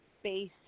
space